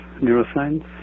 neuroscience